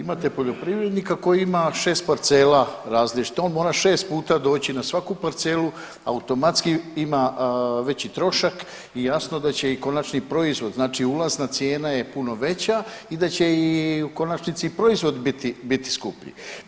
Imate poljoprivrednika koji ima šest parcela različitih, on mora šest puta doći na svaku parcelu, automatski ima veći trošak i jasno da će i konačni proizvod znači ulazna cijena je puno veća i da će i u konačnici proizvodi biti skuplji.